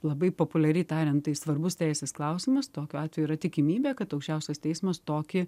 labai populiariai tariant tai svarbus teisės klausimas tokiu atveju yra tikimybė kad aukščiausias teismas tokį